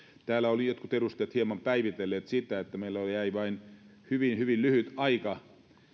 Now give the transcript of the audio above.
täällä olivat jotkut edustajat hieman päivitelleet sitä että meille jäi vain hyvin hyvin lyhyt aika